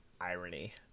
Irony